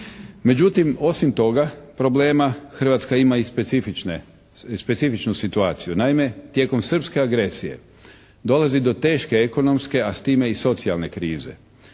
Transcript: Međutim osim toga problema Hrvatska ima i specifične, specifičnu situaciju. Naime tijekom srpske agresije dolazi do teške ekonomske a s time i socijalne krize.